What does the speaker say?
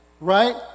Right